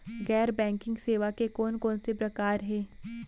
गैर बैंकिंग सेवा के कोन कोन से प्रकार हे?